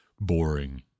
boring